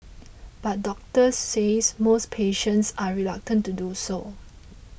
but doctors say most patients are reluctant to do so